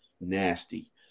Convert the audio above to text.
nasty